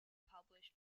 published